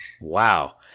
Wow